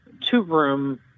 two-room